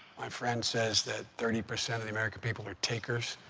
my friend says that thirty percent of the american people are takers.